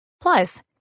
Plus